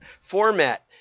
Format